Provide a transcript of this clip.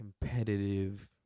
competitive